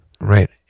Right